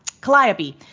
Calliope